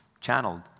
channeled